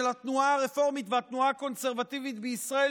התנועה הרפורמית והתנועה הקונסרבטיבית בישראל,